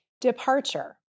Departure